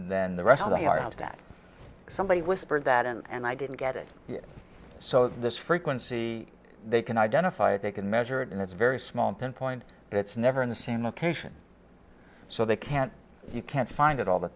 then the rest of the heart attack somebody whispered that and i didn't get it so this frequency they can identify it they can measure it and it's very small pinpoint it's never in the same location so they can't you can't find it all the